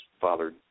Father